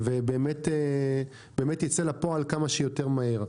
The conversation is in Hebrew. ובאמת יצא לפועל כמה שיותר מהר.